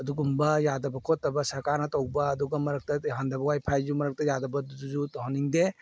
ꯑꯗꯨꯒꯨꯝꯕ ꯌꯥꯗꯕ ꯈꯣꯠꯇꯕ ꯁꯔꯀꯥꯔꯅ ꯇꯧꯕ ꯑꯗꯨꯒ ꯃꯔꯛꯇ ꯌꯥꯍꯟꯗꯕ ꯋꯥꯏꯐꯥꯏꯁꯨ ꯃꯔꯛꯇ ꯌꯥꯗꯕꯗꯨꯁꯨ ꯇꯧꯍꯟꯅꯤꯡꯗꯦ